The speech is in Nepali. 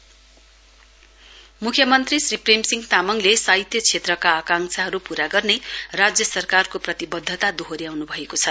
सीएम मुख्यमन्त्री श्री प्रेम सिंह तामाङले साहित्य क्षेत्रका आंकाक्षाहरू पूरा गर्ने राज्य सरकारको प्रतिबद्धता दोहोर्याउनु भएको छ